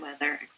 weather